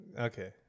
Okay